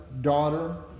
daughter